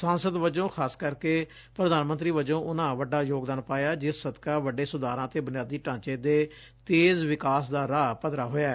ਸਾਂਸਦ ਵਜੋਂ ਖ਼ਾਸ ਕਰਕੇ ਪ੍ਰਧਾਨ ਮੰਤਰੀ ਵਜੋਂ ਉਨ੍ਹਾਂ ਵੱਡਾ ਯੋਗਦਾਨ ਪਾਇਆ ਜਿਸ ਸਦਕਾ ਵੱਡੇ ਸੁਧਾਰਾਂ ਅਤੇ ਬੁਨਿਆਦੀ ਢਾਂਚੇ ਦੇ ਤੇਜ਼ ਵਿਕਾਸ ਦਾ ਰਾਹ ਪੱਧਰਾ ਹੋਇਆ